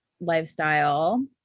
lifestyle